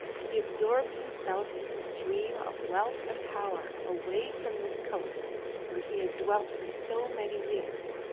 he absorbed himself in his dream of wealth and power away from this coast where he had dwelt for so many years,